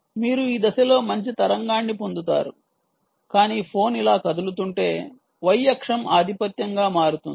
మీరు ఈ దిశలో మంచి తరంగాన్ని పొందుతారు కానీ ఫోన్ ఇలా కదులుతుంటే y అక్షం ఆధిపత్యంగా మారుతుంది